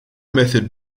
method